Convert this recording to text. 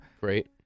great